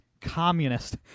communist